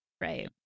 Right